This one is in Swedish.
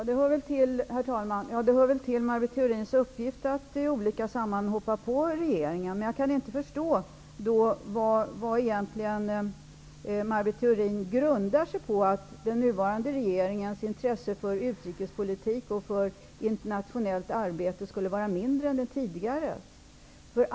Herr talman! Det hör väl till Maj Britt Theorins uppgifter att i olika sammanhang hoppa på regeringen. Men jag kan inte förstå vad Maj Britt Theorin grundar sitt påstående på att den nuvarande regeringens intresse för utrikespolitik och för internationellt arbete skulle vara mindre än den tidigare regeringens.